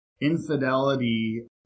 Infidelity